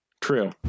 True